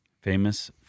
famous